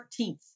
14th